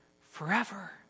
forever